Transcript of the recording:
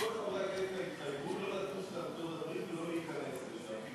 שכל חברי הכנסת יתחייבו לא לטוס לארצות-הברית ולא להיכנס לשם.